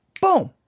Boom